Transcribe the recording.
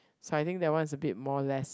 so I think that one is a bit more less